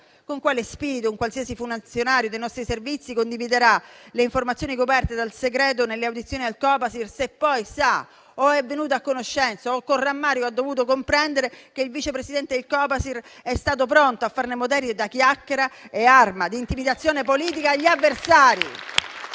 Con quale spirito un qualsiasi funzionario dei nostri Servizi condividerà le informazioni coperte dal segreto nelle audizioni al Copasir, se poi sa o è venuto a conoscenza o con rammarico ha dovuto apprendere che il Vice Presidente del Copasir è stato pronto a farne materia di chiacchera e arma di intimidazione politica agli avversari?